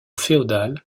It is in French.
féodal